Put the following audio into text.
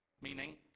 Meaning